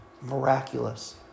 Miraculous